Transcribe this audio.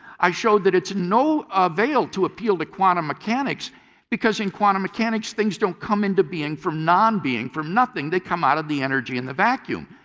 i showed that it is no avail to appeal to quantum mechanics because in quantum mechanics things don't come into being from nonbeing from nothing. they come out of the energy in the vacuum.